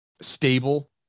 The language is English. stable